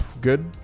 good